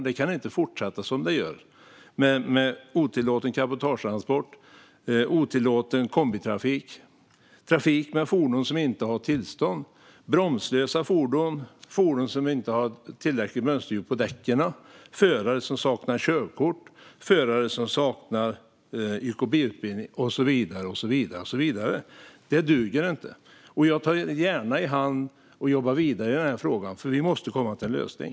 Det kan inte fortsätta på det här sättet, med otillåten cabotagetransport, otillåten kombitrafik, trafik med fordon som inte har tillstånd, bromslösa fordon, fordon som inte har tillräckligt mönsterdjup på däcken, förare som saknar körkort, förare som saknar yrkeskompetensbevis och så vidare. Det duger inte. Jag tar gärna i hand och jobbar vidare med frågan. Vi måste komma fram till en lösning.